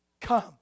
Come